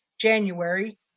January